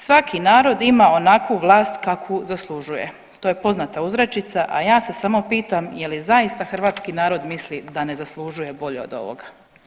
Svaki narod ima onakvu vlast kakvu zaslužuje, to je poznata uzrečica, a ja se samo pitam je li zaista hrvatski narod misli da ne zaslužuje bolje od ovoga.